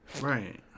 right